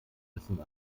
müssen